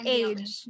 age